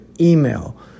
email